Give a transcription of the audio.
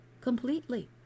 completely